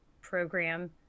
program